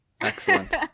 Excellent